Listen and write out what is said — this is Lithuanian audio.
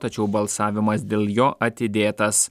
tačiau balsavimas dėl jo atidėtas